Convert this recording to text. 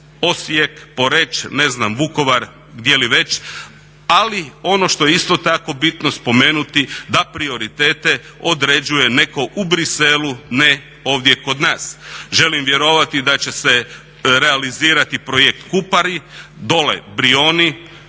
Osijek, Poreč, ne znam Vukovar gdje li već. Ali ono što je isto tako bitno spomenuti da prioritete određuje netko u Bruxellesu, ne ovdje kod nas. Želim vjerovati da će se realizirati projekt Kupari, dolje Brijuni.